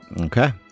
Okay